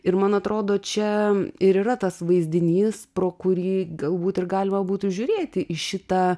ir man atrodo čia ir yra tas vaizdinys pro kurį galbūt ir galima būtų žiūrėti į šitą